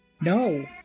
No